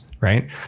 right